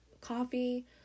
coffee